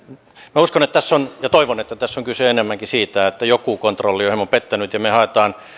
minä uskon ja toivon että tässä on kyse enemmänkin siitä että joku kontrolli on hieman pettänyt ja me me haemme